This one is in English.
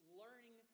learning